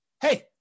hey